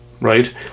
Right